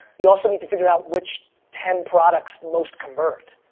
you also need to figure out which ten products, most convert.